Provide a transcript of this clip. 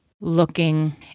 looking